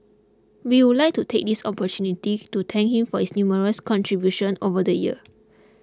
we would like to take this opportunity to thank him for his numerous contribution over the years